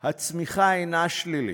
הצמיחה אינה שלילית.